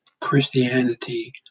Christianity